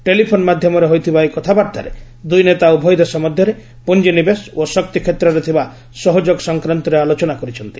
telephone ମାଧ୍ୟମରେ ହୋଇଥିବା ଏହି କଥାବର୍ତ୍ତାରେ ଦୂଇ ନେତା ଉଭୟ ଦେଶ ମଧ୍ୟରେ ପୁଞ୍ଜିନିବେଶ ଓ ଶକ୍ତି କ୍ଷେତ୍ରରେ ଥିବା ସହଯୋଗ ସଂକ୍ରାନ୍ତରେ ଆଲୋଚନା କରିଛନ୍ତି